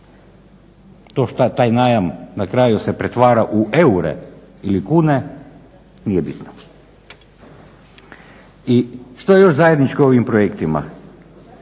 To šta taj najam na kraju se pretvara u eure ili kune, nije bitno. I što je još zajedničko ovim projektima?